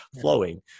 flowing